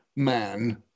man